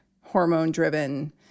hormone-driven